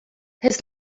his